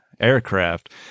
aircraft